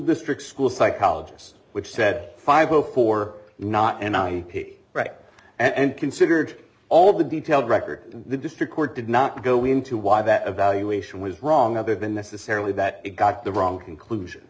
district school psychologist which said five o four not and right and considered all the detailed record the district court did not go into why that evaluation was wrong other than necessarily that it got the wrong conclusion